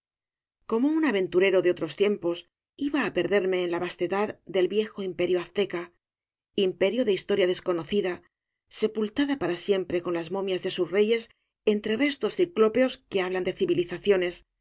como un aventurero de otros tiempos iba á perderme en la vastedad del viejo imperio azteca imperio de historia desconots obras de valle inclan cida sepultada para siempre con las momias de sus reyes entre restos ciclópeos que hablan de civilizaciones